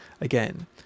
again